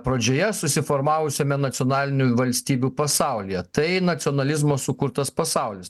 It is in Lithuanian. pradžioje susiformavusiame nacionalinių valstybių pasaulyje tai nacionalizmo sukurtas pasaulis